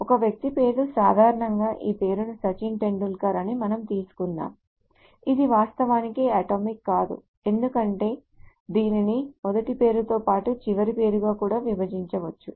ఒక వ్యక్తి పేరు సాధారణంగా ఈ పేరును సచిన్ టెండూల్కర్ అని మనం తీసుకుందాం ఇది వాస్తవానికి అటామిక్ కాదు ఎందుకంటే దీనిని మొదటి పేరుతో పాటు చివరి పేరుగా కూడా విభజించవచ్చు